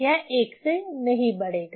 यह 1 से नहीं बढ़ेगा